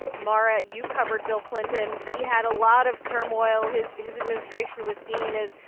mara, you covered bill clinton. he had a lot of turmoil. his his administration was seen as,